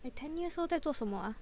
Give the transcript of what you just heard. I ten years old 在做什么 ah